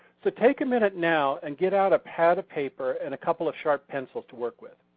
so take a minute now and get out a pad of paper and a couple of sharp pencils to work with.